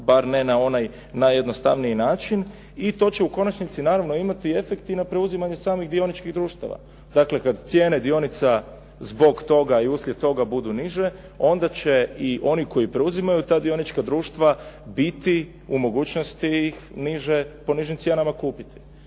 bar ne na onaj najjednostavniji način i to će u konačnici naravno imati efekt i na preuzimanje samih dioničkih društava. Dakle, kad cijene dionica zbog toga i uslijed toga budu niže, onda će i oni koji preuzimaju ta dionička društva biti u mogućnosti ih niže, po nižim cijenama kupiti.